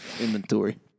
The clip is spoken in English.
inventory